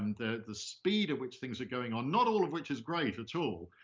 um the the speed at which things are going on, not all of which is great at all,